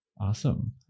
awesome